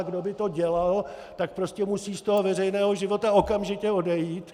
Kdo by to dělal, tak prostě musí z toho veřejného života okamžitě odejít.